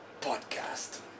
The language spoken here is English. podcast